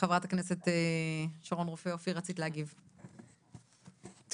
חברת הכנסת שרון רופא אופיר, רצית להגיד, בבקשה.